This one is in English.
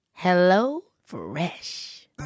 HelloFresh